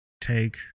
take